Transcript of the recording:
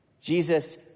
Jesus